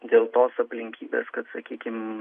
dėl tos aplinkybės kad sakykim